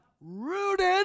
rooted